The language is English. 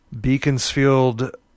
Beaconsfield